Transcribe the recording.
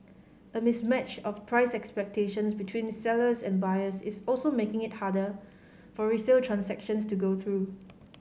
a mismatch of price expectations between sellers and buyers is also making it harder for resale transactions to go through